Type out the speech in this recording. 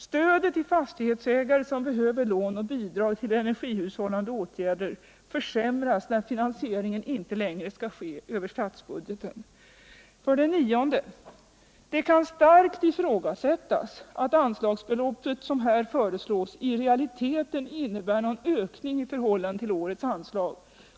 Stödet till fastighetsägare, som behöver lån och bidrag till energihushållande åtgärder, försämras när finansieringen inte längre skall ske över statsbudgeten. | 9. Det kan starkt ifrågasättas om anslagsbeloppet, som här föreslås, i realiteten innebär någon ökning i förhållande till årets anslag.